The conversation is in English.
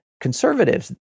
conservatives